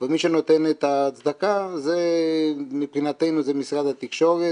ומי שנותן את ההצדקה זה מבחינתנו משרד התקשורת